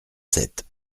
sept